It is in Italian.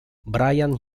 bryan